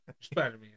Spider-Man